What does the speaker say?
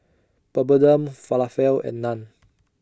Papadum Falafel and Naan